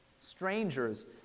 Strangers